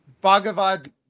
Bhagavad